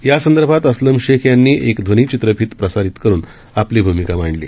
यासंदर्भातअस्लमशेखयांनीएकध्वनीचित्रफितप्रसारितकरूनआपलीभूमिकामांडली